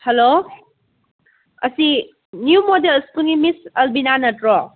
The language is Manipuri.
ꯍꯜꯂꯣ ꯑꯁꯤ ꯅ꯭ꯌꯨ ꯃꯣꯗꯦꯜ ꯁ꯭ꯀꯨꯟꯒꯤ ꯃꯤꯁ ꯑꯜꯚꯤꯅꯥ ꯅꯠꯇ꯭ꯔꯣ